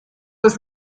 ist